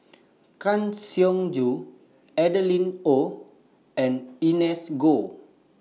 Kang Siong Joo Adeline Ooi and Ernest Goh